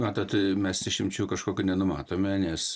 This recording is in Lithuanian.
matot mes išimčių kažkokių nenumatome nes